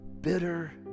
bitter